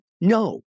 No